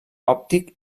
òptic